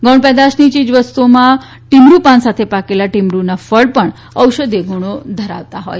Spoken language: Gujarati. ગૌણ પેદાશ ની ચીજ વસ્તુઓ માં ટીમ રૂ પાન સાથે પાકેલા ટીમ રૂ ના ફળ પણ ઔષધીય ગુણો ધરવતા હોય છે